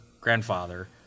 grandfather